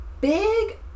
big